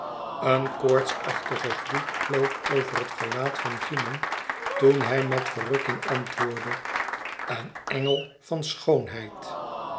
een koortsachtige gloed vloog over het gelaat van ovmon toen hij met verrukking antwoordde een engel van schoonheid